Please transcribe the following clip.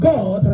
God